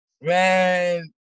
Man